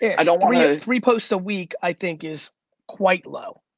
and um i mean ah three posts a week i think is quite low.